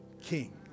king